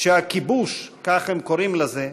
שהכיבוש, כך הם קוראים לזה,